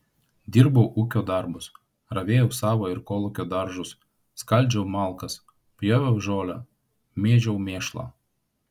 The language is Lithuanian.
dirbau ūkio darbus ravėjau savo ir kolūkio daržus skaldžiau malkas pjoviau žolę mėžiau mėšlą